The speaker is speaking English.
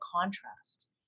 contrast